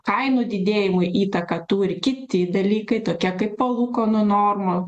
kainų didėjimui įtaką turi kiti dalykai tokie kaip palūkanų normų